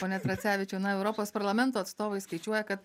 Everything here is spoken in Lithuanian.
pone tracevičiau na europos parlamento atstovai skaičiuoja kad